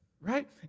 Right